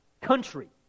country